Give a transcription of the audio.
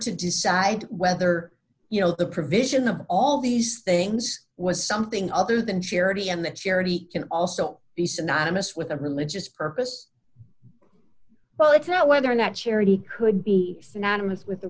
to decide whether you know the provision of all these things was something other than charity and that charity can also be synonymous with a religious purpose well i tell whether or not charity could be synonymous with a